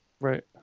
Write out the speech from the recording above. Right